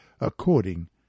according